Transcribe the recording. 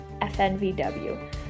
FNVW